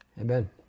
Amen